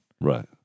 Right